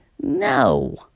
no